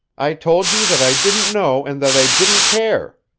i told you that i didn't know and that i didn't care!